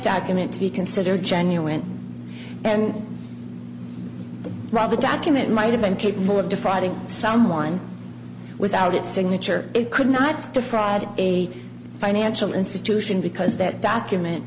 document to be considered genuine and rather document might have been capable of defrauding someone without its signature it could not defraud a financial institution because that document